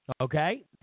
Okay